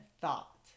thought